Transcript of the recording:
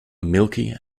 milky